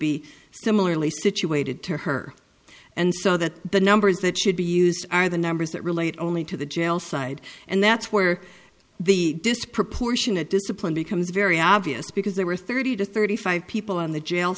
be similarly situated to her and so that the numbers that should be used are the numbers that relate only to the jail side and that's where the disproportionate discipline becomes very obvious because there were thirty to thirty five people on the jail